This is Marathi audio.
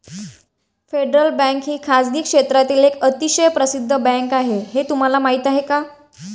फेडरल बँक ही खासगी क्षेत्रातील एक अतिशय प्रसिद्ध बँक आहे हे तुम्हाला माहीत आहे का?